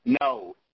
No